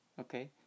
Okay